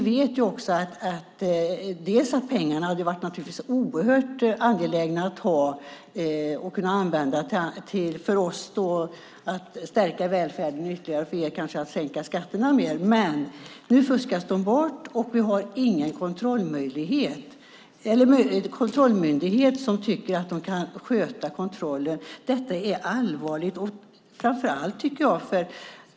Det hade naturligtvis varit oerhört angeläget att ha de pengarna. För oss handlar det om att stärka välfärden, för er kanske om att sänka skatterna mer. Men nu fuskas de bort, och vi har ingen kontrollmyndighet som tycker att den kan sköta kontrollen. Det är allvarligt.